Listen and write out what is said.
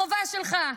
החובה שלך,